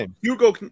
Hugo